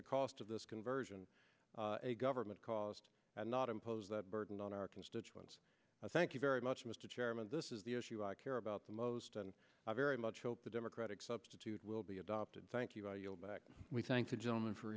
the cost of this conversion a government cost and not impose that burden on our constituents thank you very much mr chairman this is the issue i care about the most and i very much hope the democratic substitute will be adopted thank you i yield back we thank the gentleman for